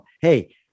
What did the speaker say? Hey